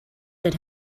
that